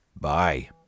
bye